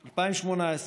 2018,